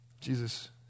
Jesus